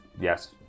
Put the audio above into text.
yes